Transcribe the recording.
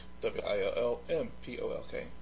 W-I-L-L-M-P-O-L-K